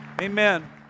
Amen